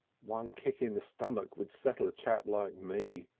one kick in the stummick would settle a chap like me,